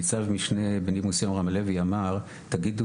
ניצב משנה בדימוס יורם הלוי אמר: 'תגידו